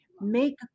Make